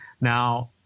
Now